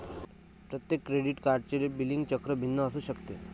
प्रत्येक क्रेडिट कार्डचे बिलिंग चक्र भिन्न असू शकते